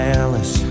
Dallas